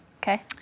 okay